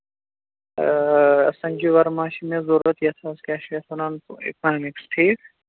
اۭں سَنجے وَرما چھِ مےٚ ضوٚرَتھ یَتھ حظ کیٛاہ چھِ یَتھ وَنان اِکنامِکس ٹھیٖک